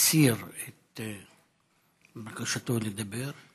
הסיר את בקשתו לדבר.